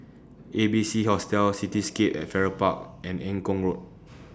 A B C Hostel Cityscape At Farrer Park and Eng Kong Road